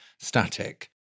Static